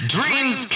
Dreams